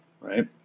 Right